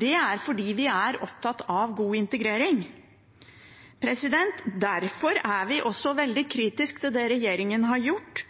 Det er fordi vi er opptatt av god integrering. Derfor er vi også veldig kritisk til det regjeringen har gjort